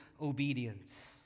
obedience